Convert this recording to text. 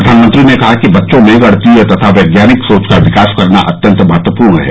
प्रधानमंत्री ने कहा कि बच्चों में गणितीय तथा वैज्ञानिक सोच का विकास करना अत्यन्त महत्वपूर्ण है